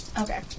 Okay